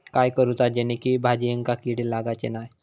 काय करूचा जेणेकी भाजायेंका किडे लागाचे नाय?